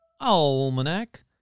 Almanac